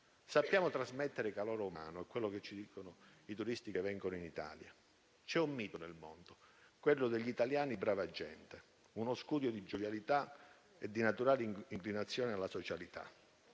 Sappiamo trasmettere calore umano ed è quello che ci dicono i turisti che vengono in Italia. C'è un mito nel mondo, quello degli italiani brava gente: un insieme di giovialità e di naturale inclinazione alla socialità.